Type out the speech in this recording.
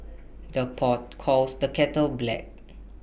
the pot calls the kettle black